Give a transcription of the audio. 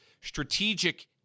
strategic